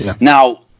now